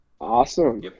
Awesome